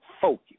focus